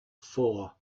four